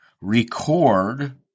record